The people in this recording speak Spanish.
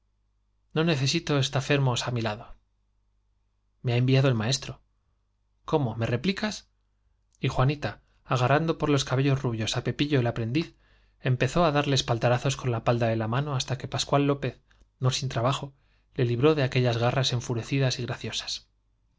no necesito estafermos á mi lado me ha enviado el maestro cómo me replicas y juanita agarrando por los cabellos rubios á pepillo el aprendiz empezó á darle espaldarazos con la palma de la mano hasta á darle espaldarazos pascual lópez no sin trabajo le libró de aque que llas garras enfurecidas y graciosas